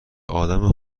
آدم